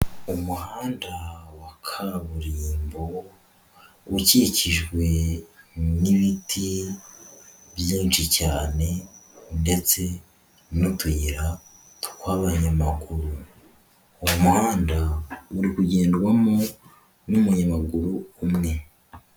Umuhanda wa kaburimbo ukikijwe n'ibiti byinshi cyane ndetse n'utuyira tw'abanyamaguru, uwo muhanda uri kugendwamo n'umunyamaguru umwe.